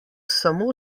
samo